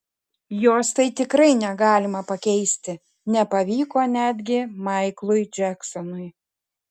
jos tai tikrai negalima pakeisti nepavyko netgi maiklui džeksonui